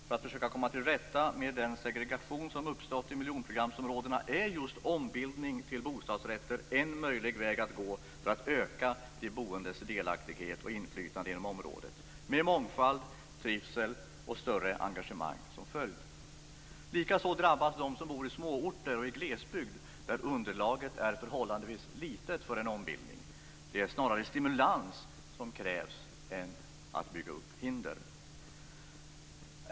För att försöka komma till rätta med den segregation som uppstått i miljonprogramsområdena är just ombildning till bostadsrätter en möjlig väg att gå för att öka de boendes delaktighet och inflytande inom området med mångfald, trivsel och större engagemang som följd. Likaså drabbas de som bor i småorter och i glesbygd, där underlaget är förhållandevis litet för en ombildning. Det är snarare stimulans som krävs - inte att man bygger upp hinder.